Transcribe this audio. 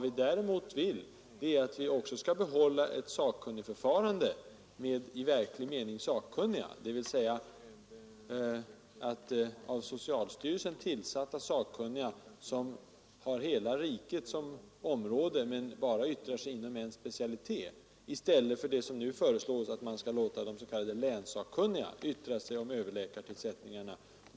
Vi vill också att man skall behålla ett sakkunnigförfarande med i verklig mening sakkunniga dvs. av socialstyrelsen tillsatta sakkunniga som har hela riket som område men bara yttrar sig inom en specialitet — i man skall låta de s.k.länssakkunniga yttra sig om överläkartillsättningarna.